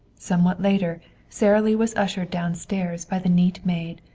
somewhat later sara lee was ushered downstairs by the neat maid,